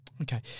Okay